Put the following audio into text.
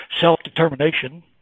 self-determination